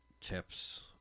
tips